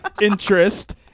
interest